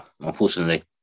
unfortunately